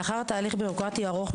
לאחר תהליך בירוקרטי ארוך,